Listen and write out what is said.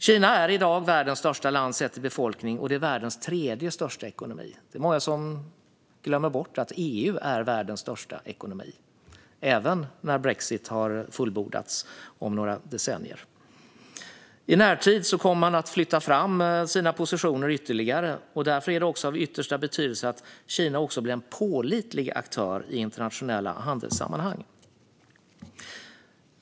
Kina är i dag världens största land sett till befolkning, och det är världens tredje största ekonomi. Det är många som glömmer bort att EU är världens största ekonomi - och kommer att vara det även efter att brexit har fullbordats, om några decennier. I närtid kommer man att flytta fram sina positioner ytterligare, och därför är det av yttersta betydelse att Kina också blir en pålitlig aktör i internationella handelssammanhang.